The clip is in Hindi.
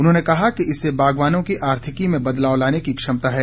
उन्होंने कहा कि इससे बागवानों की आर्थिकी में बदलाव लाने की क्षमता है